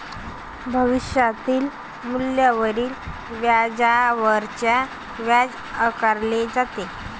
भविष्यातील मूल्यावरील व्याजावरच व्याज आकारले जाते